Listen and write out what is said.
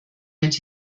mit